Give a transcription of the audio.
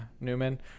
Newman